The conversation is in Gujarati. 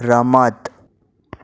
રમત